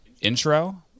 intro